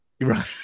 Right